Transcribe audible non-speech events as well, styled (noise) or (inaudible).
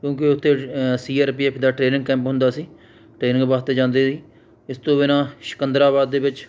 ਕਿਉਂਕਿ ਉੱਥੇ (unintelligible) ਸੀ R P F ਦਾ ਟਰੇਨਿੰਗ ਕੈਂਪ ਹੁੰਦਾ ਸੀ ਟਰੇਨਿੰਗ ਵਾਸਤੇ ਜਾਂਦੇ ਸੀ ਇਸ ਤੋਂ ਬਿਨਾ ਸ਼ਿਕੰਦਰਾਬਾਦ ਦੇ ਵਿੱਚ